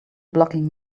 blocking